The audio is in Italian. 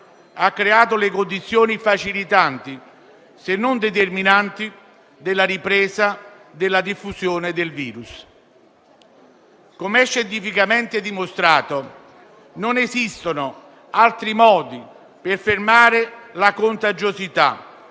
hanno creato le condizioni facilitanti, se non determinanti, della ripresa della diffusione del virus. Come è scientificamente dimostrato, non esistono altri modi per fermare la contagiosità